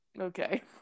okay